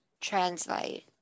translate